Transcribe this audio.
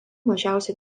mažiausiai